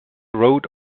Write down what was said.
road